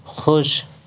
خوش